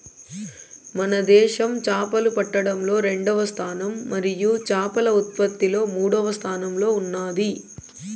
మన దేశం చేపలు పట్టడంలో రెండవ స్థానం మరియు చేపల ఉత్పత్తిలో మూడవ స్థానంలో ఉన్నాది